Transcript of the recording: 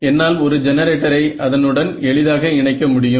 என்னால் ஒரு ஜெனரேட்டரை அதனுடன் எளிதாக இணைக்க முடியும்